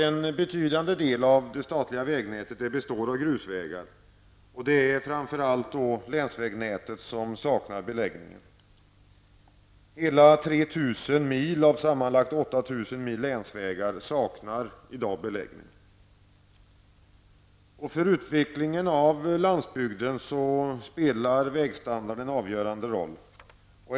En betydande andel av det statliga vägnätet består av grusvägar. Det är framför allt länsvägnätet som saknar beläggning. Hela 3 000 mil av sammanlagt 8 000 mil länsvägar saknar i dag beläggning. För utvecklingen av landsbygden spelar vägstandarden en avgörande roll.